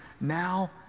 now